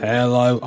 Hello